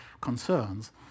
concerns